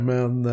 Men